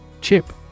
Chip